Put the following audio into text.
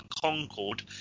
Concorde